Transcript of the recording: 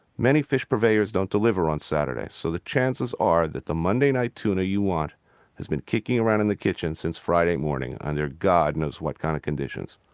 many fish purveyors don't deliver on saturday, so the chances are that the monday-night tuna you want has been kicking around in the kitchen since friday morning, under god knows what kind of conditions.